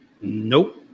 Nope